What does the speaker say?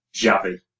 Javi